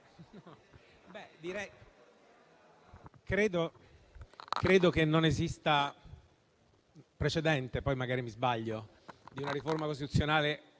credo che non esista precedente - magari mi sbaglio - di una riforma costituzionale